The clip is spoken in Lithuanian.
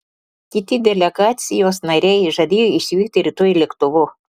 kiti delegacijos nariai žadėjo išvykti rytoj lėktuvu